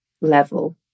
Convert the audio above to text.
level